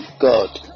God